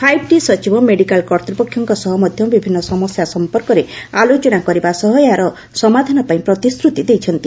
five ଟି ସଚିବ medical କର୍ଭ୍ରପକ୍ଷଙ୍କ ସହ ମଧ ବିଭିନ୍ ସମସ୍ୟା ସମ୍ପର୍କରେ ଆଲୋଚନା କରିବା ସହ ଏହାର ସମାଧାନ ପାଇଁ ପ୍ରତିଶ୍ରତି ଦେଇଛନ୍ତି